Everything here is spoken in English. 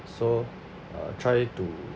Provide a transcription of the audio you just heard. so uh try to